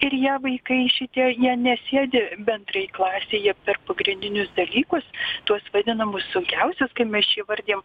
ir ją vaikai šitie jie nesėdi bendrai klasėje per pagrindinius dalykus tuos vadinamus sunkiausius kaip mes čia įvardijam